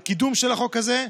על הקידום של החוק הזה,